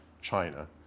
China